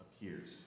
appears